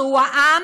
שהוא העם,